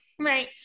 right